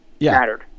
mattered